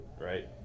right